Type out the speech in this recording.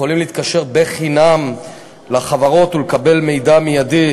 יכולים להתקשר בחינם לחברות ולקבל מידע מיידי,